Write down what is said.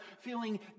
feeling